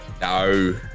No